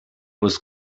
was